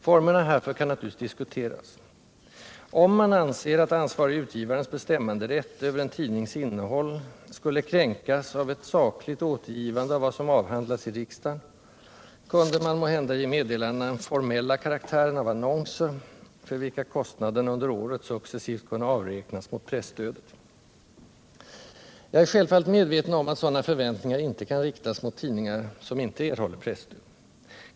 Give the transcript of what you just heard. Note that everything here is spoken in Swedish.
Formerna härför kan naturligtvis diskuteras. Om man anser att ansvarige utgivarens bestämmanderätt över en tidnings innehåll skulle kränkas genom ett sakligt återgivande av vad som avhandlas i riksdagen kunde man måhända ge meddelandena den formella karaktären av annonser, för vilka kostnaden under året successivt kunde avräknas mot presstödet. Jag är självfallet medveten om att sådana förväntningar inte kan riktas mot tidningar som inte erhåller presstöd.